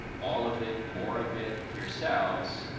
all of it, more of it yourselves,